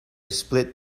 split